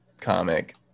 comic